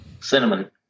cinnamon